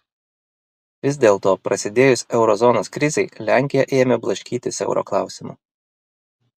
vis dėlto prasidėjus euro zonos krizei lenkija ėmė blaškytis euro klausimu